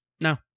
no